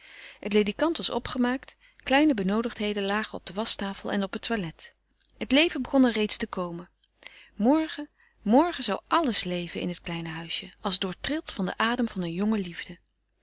het ledekant was opgemaakt kleine benoodigdheden lagen op de waschtafel en op het toilet het leven begon er reeds te komen morgen morgen zou alles leven in het kleine huisje als doortrild van den adem